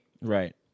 Right